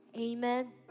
Amen